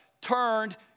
turned